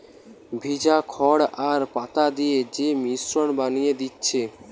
ভিজা খড় আর পাতা দিয়ে যে মিশ্রণ বানিয়ে দিচ্ছে